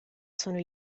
sono